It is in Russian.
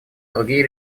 другие